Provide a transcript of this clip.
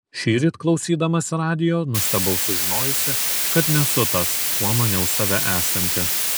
šįryt klausydamasi radijo nustebau sužinojusi kad nesu tas kuo maniau save esanti